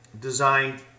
designed